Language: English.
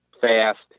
fast